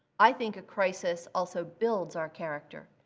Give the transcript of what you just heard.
i think a crisis also builds our character,